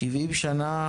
70 שנה,